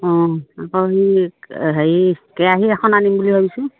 অঁ আকৌ সেই হেৰি কেৰাহী এখন আনিম বুলি ভাবিছোঁ